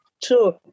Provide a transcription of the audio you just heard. two